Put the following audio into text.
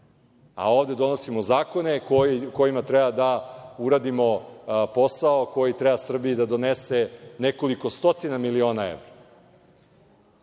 a ovde donosimo zakone kojima treba da uradimo posao koji treba Srbiji da donese nekoliko stotina miliona evra.